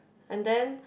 and then